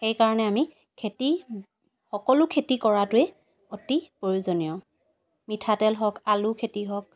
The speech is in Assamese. সেইকাৰণে আমি খেতি সকলো খেতি কৰাটোৱে প্ৰয়োজনীয় মিঠাতেল হওক আলু খেতি হওক